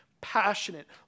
passionate